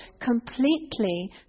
completely